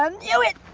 um knew it!